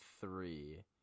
three